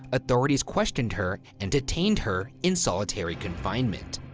authorities questioned her and detained her in solitary confinement.